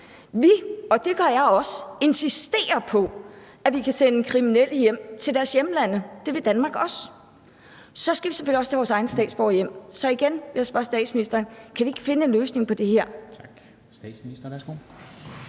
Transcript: Vi – og det gør jeg også – insisterer på, at vi kan sende kriminelle hjem til deres hjemlande, for det vil Danmark gerne kunne gøre, og så skal vi selvfølgelig også tage vores egne statsborgere hjem. Så igen vil jeg spørge statsministeren: Kan vi ikke finde en løsning på det her? Kl. 13:27 Formanden